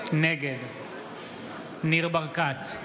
נגד ניר ברקת,